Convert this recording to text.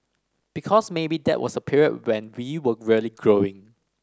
because maybe that was a period when we were really growing